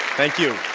thank you.